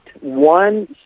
one